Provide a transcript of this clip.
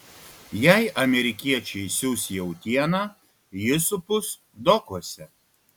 jei amerikiečiai siųs jautieną ji supus dokuose